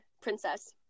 princess